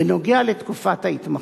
בנוגע לתקופת ההתמחות,